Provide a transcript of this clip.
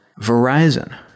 Verizon